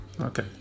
Okay